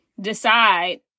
decide